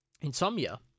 insomnia